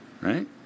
right